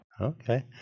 Okay